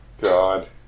god